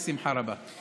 בשמחה רבה.